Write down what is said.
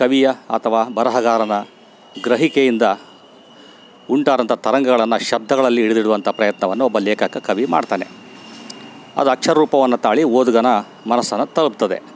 ಕವಿಯ ಅಥವಾ ಬರಹಗಾರನ ಗ್ರಹಿಕೆಯಿಂದ ಉಂಟಾದಂಥ ತರಂಗಗಳನ್ನು ಶಬ್ದಗಳಲ್ಲಿ ಹಿಡಿದಿಡುವಂಥ ಪ್ರಯತ್ನವನ್ನು ಒಬ್ಬ ಲೇಖಕ ಕವಿ ಮಾಡ್ತಾನೆ ಅದು ಅಕ್ಷರ ರೂಪವನ್ನು ತಾಳಿ ಓದುಗನ ಮನಸ್ಸನ್ನು ತಲುಪ್ತದೆ